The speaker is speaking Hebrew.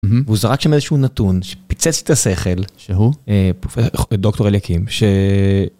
הוא זרק שם איזה שהוא נתון שפיצץ את השכל שהוא דוקטור אליקים.